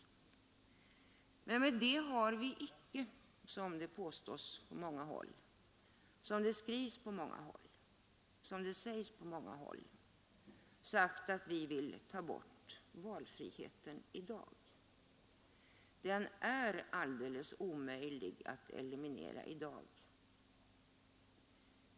Med det har vi inte sagt, som det påstås på många håll — som det skrivs på många håll och som det sägs på många håll — att vi vill ta bort den ringa valfrihet som existerar i dag. Den är alldeles omöjlig att eliminera i dag.